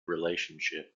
relationship